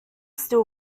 still